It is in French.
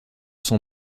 son